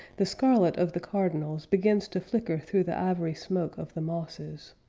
the scarlet of the cardinals begins to flicker through the ivory smoke of the mosses.